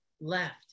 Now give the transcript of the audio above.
left